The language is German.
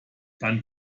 dann